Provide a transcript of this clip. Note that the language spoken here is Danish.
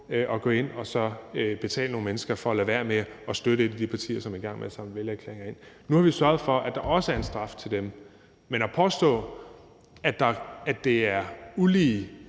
at gå ind og betale nogle mennesker for at lade være med at støtte et parti, der er i gang med at indsamle vælgererklæringer. Nu har vi sørget for, at der også er en straf til dem. Men at påstå, at det er ulige,